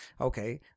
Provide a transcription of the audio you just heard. Okay